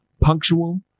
punctual